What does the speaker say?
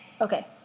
Okay